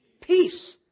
Peace